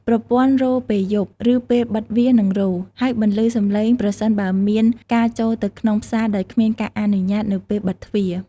ប្រព័ន្ធរោទ៍ពេលយប់ ឬពេលបិទវានឹងរោទ៍ ហើយបន្លឺសម្លេងប្រសិនបើមានការចូលទៅក្នុងផ្សារដោយគ្មានការអនុញ្ញាតនៅពេលបិទទ្វារ។